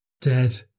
dead